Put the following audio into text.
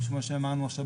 או כמו שאמרנו עכשיו,